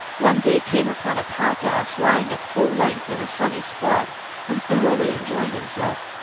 one day came upon a pack-ass lying at full length in a sunny spot and thoroughly enjoying himself.